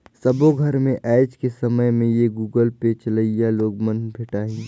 सबो घर मे आएज के समय में ये गुगल पे चलोइया लोग मन भेंटाहि